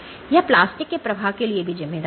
यह प्लास्टिक के प्रवाह के लिए जिम्मेदार है